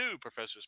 Professor's